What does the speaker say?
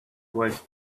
was